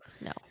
no